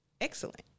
excellent